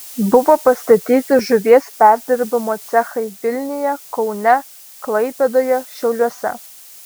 buvo pastatyti žuvies perdirbimo cechai vilniuje kaune klaipėdoje šiauliuose